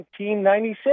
1996